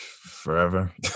forever